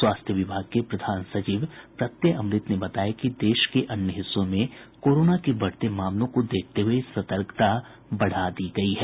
स्वास्थ्य विभाग के प्रधान सचिव प्रत्यय अमृत ने बताया कि देश के अन्य हिस्सों में कोरोना के बढ़ते मामलों को देखते हुए सतर्कता बढ़ा दी गयी है